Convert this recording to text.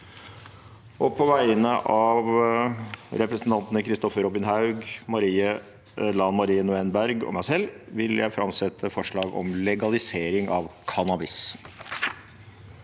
På vegne av representantene Kristoffer Robin Haug, Lan Marie Nguyen Berg og meg selv vil jeg framsette et forslag om legalisering av cannabis.